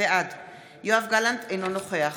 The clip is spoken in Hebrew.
בעד יואב גלנט, אינו נוכח